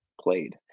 played